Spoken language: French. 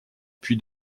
puy